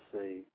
see